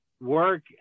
work